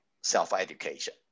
self-education